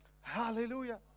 Hallelujah